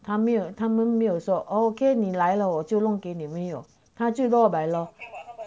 他没有他们没有说 okay 你来了我就弄给你没有他就 go by law